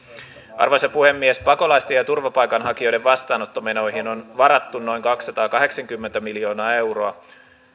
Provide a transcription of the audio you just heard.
arvoisa puhemies pakolaisten ja turvapaikanhakijoiden vastaanottomenoihin on varattu noin kaksisataakahdeksankymmentä miljoonaa euroa